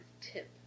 tip